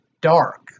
dark